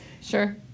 Sure